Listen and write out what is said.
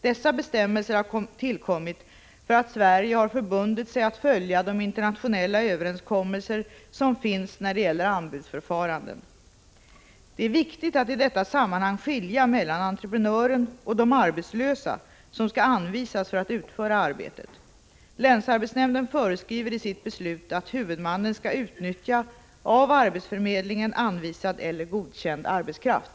Dessa bestämmelser har tillkommit för att Sverige har förbundit sig att följa de internationella överenskommelser som finns när det gäller anbudsförfaranden. Det är viktigt att i detta sammanhang skilja mellan entreprenören och de arbetslösa som skall anvisas för att utföra arbetet. Länsarbetsnämnden föreskriver i sitt beslut att huvudmannen skall utnyttja av arbetsförmedlingen anvisad eller godkänd arbetskraft.